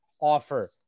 offer